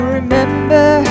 remember